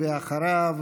אחריו,